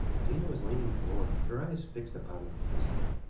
zena was leaning forward, her eyes fixed upon the professor,